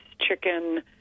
chicken